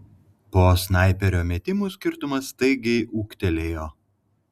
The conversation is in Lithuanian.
po snaiperio metimų skirtumas staigiai ūgtelėjo